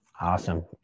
Awesome